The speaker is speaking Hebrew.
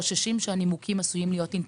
אנחנו חוששים שהנימוקים עשויים להיות אינטרפרטציה,